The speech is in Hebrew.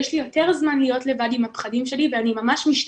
יש לי יותר זמן להיות לבד עם הפחדים שלי ואני ממש משתגעת.